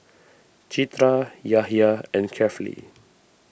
Citra Yahya and Kefli